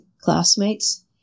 classmates